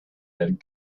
that